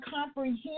comprehend